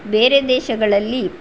ಬೇರೆ ದೇಶಗಳಲ್ಲಿ